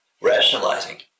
rationalizing